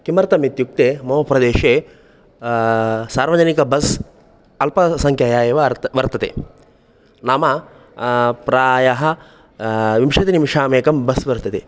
किमर्थमित्युक्ते मम प्रदेशे सार्वजनिक बस् अल्पसङ्क्यायाः एव वर्तते नाम प्रायः विंशतिनिमेषाम् एकं बस् वर्तते